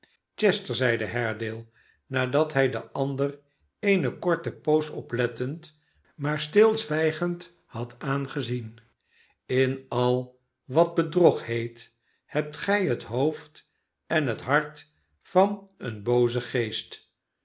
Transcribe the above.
chester zeide haredale nadat hij den ander eene korte poos oplettend maar stilzwijgend had aangezien in al wat bedrog heet hebt gij het hoofd en het hart van een boozen geest